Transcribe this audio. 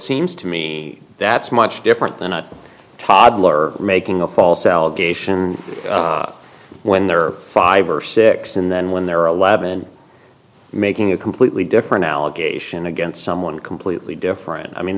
seems to me that's much different than a toddler making a false allegation when there are five or six and then when there are a lab and making a completely different allegation against someone completely different i mean